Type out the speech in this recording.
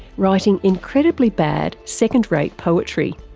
writing incredibly bad second-rate poetry.